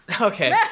okay